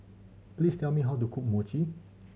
please tell me how to cook Mochi